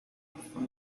from